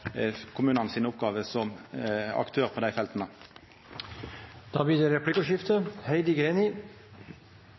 kommunane sine oppgåver som aktør på dei felta. Det blir replikkordskifte.